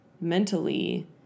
mentally